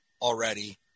already